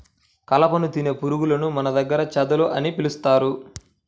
కలపను తినే పురుగులను మన దగ్గర చెదలు అని పిలుస్తారు